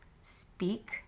speak